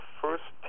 first